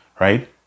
Right